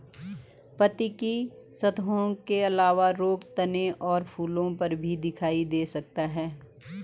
पत्ती की सतहों के अलावा रोग तने और फूलों पर भी दिखाई दे सकता है